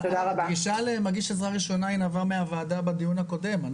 הדרישה למגיש עזרה ראשונה נבעה מהדיון הקודם בוועדה.